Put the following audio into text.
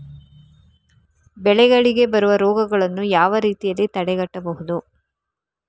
ಬೆಳೆಗಳಿಗೆ ಬರುವ ರೋಗಗಳನ್ನು ಯಾವ ರೀತಿಯಲ್ಲಿ ತಡೆಗಟ್ಟಬಹುದು?